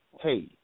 Hey